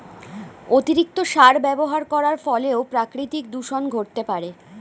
অতিরিক্ত সার ব্যবহার করার ফলেও প্রাকৃতিক দূষন ঘটতে পারে